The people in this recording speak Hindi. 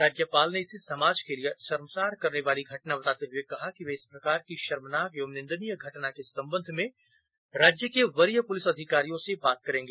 राज्यपाल ने इसे समाज के लिए शर्मसार करनेवाली घटना बताते हुए कहा कि वे इस प्रकार की शर्मनाक और निंदनीय घटना के संबंध में राज्य के वरीय पुलिस अधिकारियों से बात करेंगी